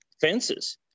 fences